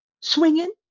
Swinging